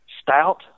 Stout